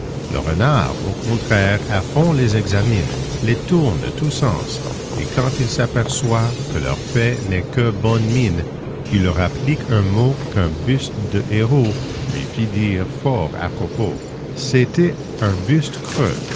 le renard au contraire à fond les examine les tourne de tous sens et quand il s'aperçoit que leur fait n'est que bonne mine il leur applique un mot qu'un buste de héros lui fit dire fort à propos c'était un buste creux